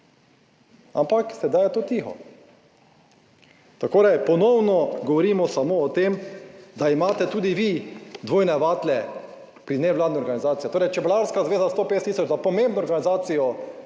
ampak sedaj je to tiho. Tako ponovno govorimo samo o tem, da imate tudi vi dvojne vatle pri nevladnih organizacijah. Torej Čebelarska zveza 150 tisoč za pomembno organizacijo